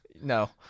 No